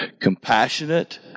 Compassionate